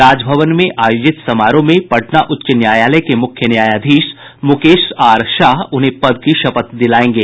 राजभवन में आयोजित समारोह में पटना उच्च न्यायालय के मुख्य न्यायाधीश मुकेश आर शाह उन्हें पद की शपथ दिलायेंगे